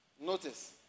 Notice